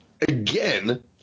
again